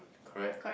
correct